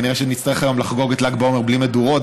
כנראה שנצטרך היום לחגוג את ל"ג בעומר בלי מדורות,